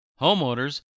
homeowners